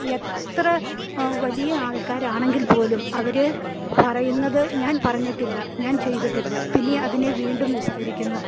എത്ര വലിയ ആൾക്കാരാണെങ്കിൽപ്പോലും അവര് പറയുന്നത് ഞാൻ പറഞ്ഞിട്ടില്ല ഞാൻ ചെയ്തിട്ടില്ല പിന്നെ അതിനെ വീണ്ടും വിസ്തരിക്കുന്നു